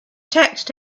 text